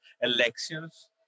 elections